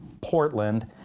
Portland